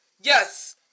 Yes